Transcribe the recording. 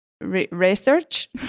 research